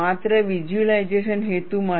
માત્ર વિઝ્યુલાઇઝેશન હેતુ માટે